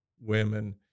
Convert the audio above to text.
women